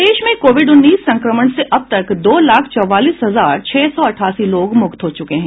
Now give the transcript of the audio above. प्रदेश में कोविड उन्नीस संक्रमण से अब तक दो लाख चौवालीस हजार छह सौ अठासी लोग मुक्त हो चुके हैं